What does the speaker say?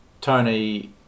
Tony